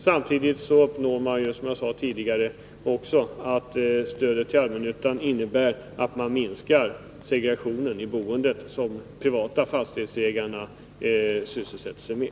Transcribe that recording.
Stödet till allmännyttan innebär ju samtidigt, som jag sade tidigare, att man minskar segregationen i boendet, som de privata fastighetsägarna sysselsätter sig med.